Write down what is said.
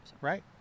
Right